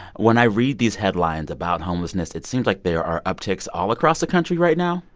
when i read these headlines about homelessness, it seems like there are upticks all across the country right now.